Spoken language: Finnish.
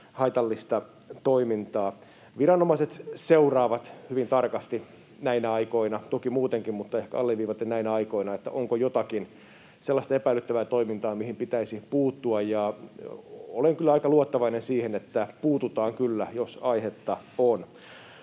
haitallista toimintaa. Viranomaiset seuraavat hyvin tarkasti näinä aikoina — toki muutenkin, mutta ehkä alleviivaten näinä aikoina — onko jotakin sellaista epäilyttävää toimintaa, mihin pitäisi puuttua, ja olen kyllä aika luottavainen, että puututaan kyllä, jos aihetta on.